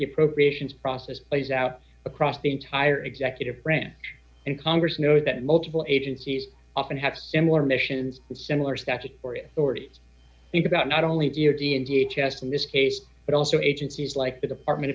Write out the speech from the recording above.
the appropriations process plays out across the entire executive branch and congress knows that multiple agencies often have similar missions similar statutory authorities think about not only in p h s in this case but also agencies like the department